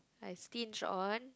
I stinge on